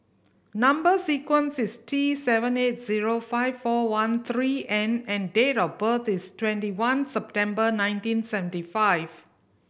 number sequence is T seven eight zero five four one three N and date of birth is twenty one September nineteen seventy five